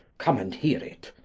come and hear it!